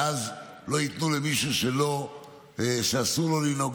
ואז לא ייתנו למישהו שאסור לו לנהוג,